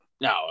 No